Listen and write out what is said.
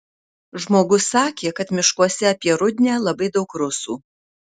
žmogus sakė kad miškuose apie rudnią labai daug rusų